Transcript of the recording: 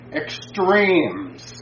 extremes